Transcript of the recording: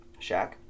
Shaq